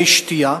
מי שתייה,